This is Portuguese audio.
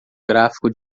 gráfico